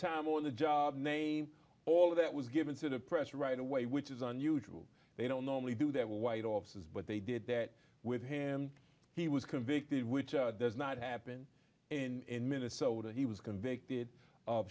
time on the job name all of that was given to the press right away which is unusual they don't normally do their white officers but they did that with him he was convicted which does not happen in minnesota he was convicted of